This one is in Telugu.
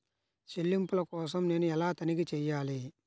చెల్లింపుల కోసం నేను ఎలా తనిఖీ చేయాలి?